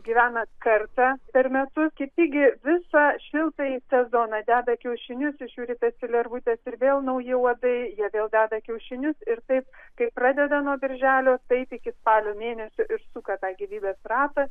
gyvena kartą per metus kiti gi visą šiltąjį sezoną deda kiaušinius iš jų ritasi lervutės ir vėl nauji uodai jie vėl deda kiaušinius ir taip kai pradeda nuo birželio taip iki spalio mėnesio ir suka tą gyvybės ratą